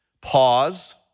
pause